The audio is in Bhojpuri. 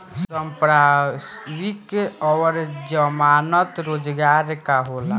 संपार्श्विक और जमानत रोजगार का होला?